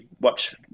watch